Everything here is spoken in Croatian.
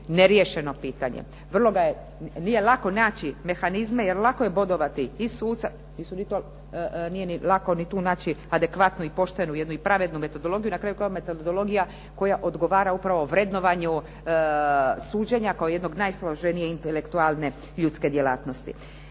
neriješeno pitanje. Vrlo ga je, nije lako naći mehanizme, jer lako je bodovati i suca, osobito nije ni lako ni tu naći adekvatnu i poštenu jednu i pravednu metodologiju. Na kraju krajeva metodologija koja odgovara upravo vrednovanju suđenja kao jednog najsloženijeg intelektualne ljudske djelatnosti.